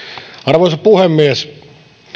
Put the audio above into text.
arvoisa puhemies